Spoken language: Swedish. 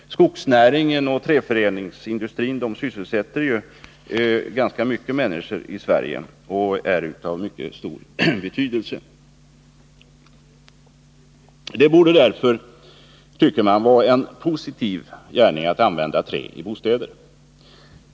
Skogsnäringen och träförädlingsindustrin sysselsätter ju ganska många människor här i landet och är av mycket stor betydelse. Det borde därför, tycker man, vara en positiv gärning att använda trä i bostäder.